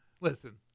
listen